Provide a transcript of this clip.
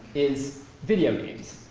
is video games.